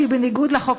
שהיא בניגוד לחוק,